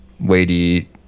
weighty